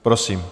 Prosím.